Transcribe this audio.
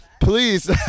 Please